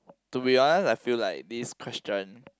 to be honest I feel like this question